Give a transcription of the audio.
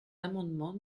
l’amendement